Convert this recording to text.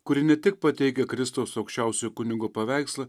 kuri ne tik pateikia kristaus aukščiausio kunigo paveikslą